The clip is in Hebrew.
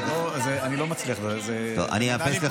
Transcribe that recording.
לא, הוסרו מסדר-היום נכון לעכשיו.